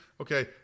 Okay